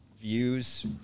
views